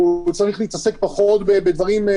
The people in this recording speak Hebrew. הוא צריך להתעסק פחות בדברים,